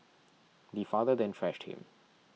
the father then thrashed him